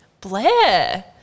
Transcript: Blair